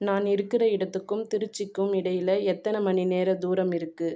நான் இருக்கிற இடத்துக்கும் திருச்சிக்கும் இடையில் எத்தனை மணி நேரம் தூரம் இருக்குது